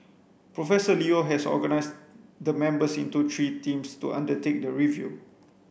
Professor Leo has organised the members into three teams to undertake the review